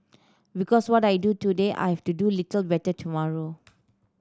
because what I do today I have to do little better tomorrow